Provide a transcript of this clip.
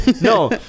No